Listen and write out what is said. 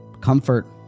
comfort